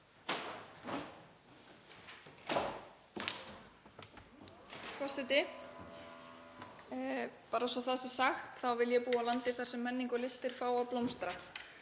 Forseti. Bara svo að það sé sagt þá vil ég búa í landi þar sem menning og listir fá að blómstra.